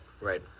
Right